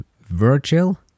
Virgil